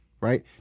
right